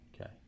Okay